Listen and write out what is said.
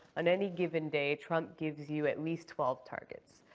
on any given day, trump gives you at least twelve targets,